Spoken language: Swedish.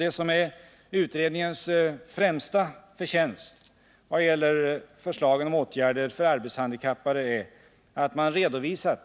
Det som är utredningens främsta förtjänst vad gäller förslagen om åtgärder för arbetshandikappade är att man redovisat